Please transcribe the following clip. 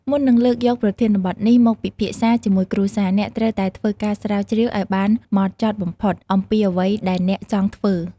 មុននឹងលើកយកប្រធានបទនេះមកពិភាក្សាជាមួយគ្រួសារ អ្នកត្រូវតែ ធ្វើការស្រាវជ្រាវឲ្យបានហ្មត់ចត់បំផុត អំពីអ្វីដែលអ្នកចង់ធ្វើ។